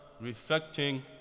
reflecting